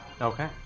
Okay